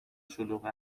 شلوغ